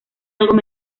algo